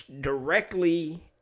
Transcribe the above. directly